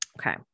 Okay